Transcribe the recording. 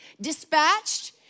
dispatched